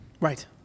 Right